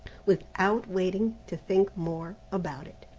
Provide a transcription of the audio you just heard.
without waiting to think more about it.